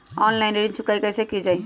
Online ऋण चुकाई कईसे की ञाई?